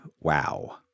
wow